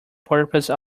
purpose